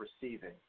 receiving